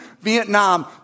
Vietnam